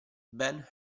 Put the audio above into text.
ben